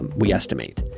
and we estimate.